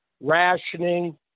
rationing